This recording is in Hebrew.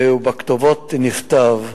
ובכתובות נכתב: